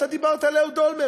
אתה דיברת על אהוד אולמרט,